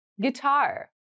Guitar